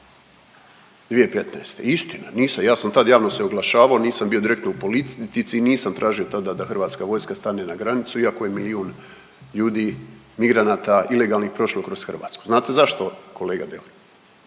2015. istina, nisam. Ja sam tad javno se oglašavao, nisam bio direktno u politici i nisam tražio tada da Hrvatska vojska stane na granicu iako je milijun ljudi migranata ilegalnih prošlo kroz Hrvatsku. Znate zašto kolega Deur?